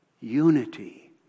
unity